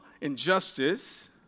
injustice